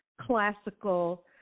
classical